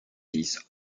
dix